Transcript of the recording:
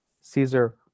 Caesar